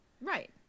Right